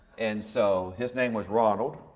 and so his name was ronald.